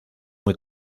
muy